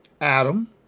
Adam